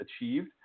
achieved